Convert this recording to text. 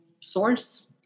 source